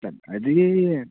done అది